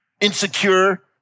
insecure